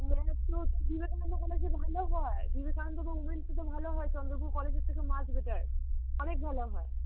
math Vivekananda কলেজে ভালো হয় বিবেকানন্দ উইমেন্সে তো ভালো হয় চন্দ্রপুর কলেজের থেকে মাচ বেটার অনেক ভালো হয়